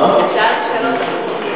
שאלתי שאלות אחרות.